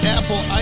Apple